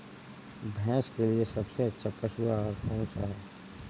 भैंस के लिए सबसे अच्छा पशु आहार कौन सा है?